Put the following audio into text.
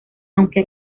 aunque